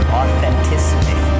authenticity